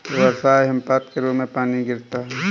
वर्षा या हिमपात के रूप में पानी गिरता है